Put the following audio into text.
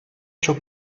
çok